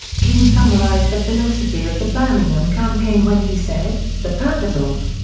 king summarized the philosophy of the birmingham campaign when he said the purpose of.